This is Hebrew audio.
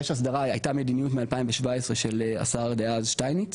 הייתה מדיניות ב-2017 של השר דאז שטייניץ